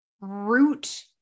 root